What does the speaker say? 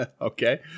Okay